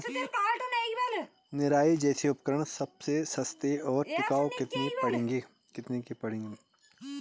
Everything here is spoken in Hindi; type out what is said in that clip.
निराई जैसे उपकरण सबसे सस्ते और टिकाऊ कितने के पड़ेंगे?